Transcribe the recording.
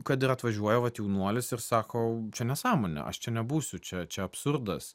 kad ir atvažiuoja vat jaunuolis ir sako čia nesąmonė aš čia nebūsiu čia čia absurdas